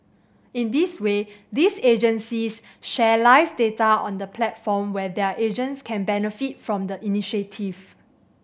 in this way these agencies share live data on the platform while their agents can benefit from the initiative